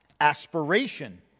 aspiration